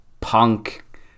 punk